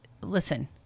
listen